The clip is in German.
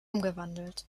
umgewandelt